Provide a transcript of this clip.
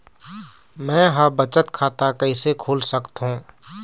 मै ह बचत खाता कइसे खोल सकथों?